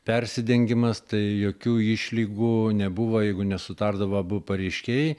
persidengimas tai jokių išlygų nebuvo jeigu nesutardavo abu pareiškėjai